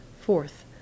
Fourth